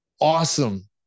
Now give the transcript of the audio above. awesome